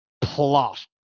plot